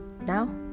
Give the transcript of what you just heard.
Now